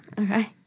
Okay